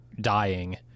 dying